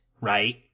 right